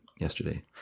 yesterday